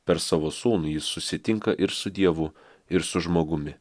per savo sūnų ji susitinka ir su dievu ir su žmogumi